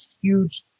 huge